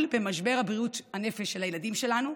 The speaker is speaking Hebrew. במשבר בריאות הנפש של הילדים שלנו,